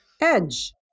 Edge